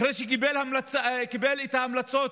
אחרי שקיבל את ההמלצות